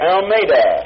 Almeida